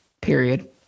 Period